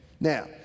Now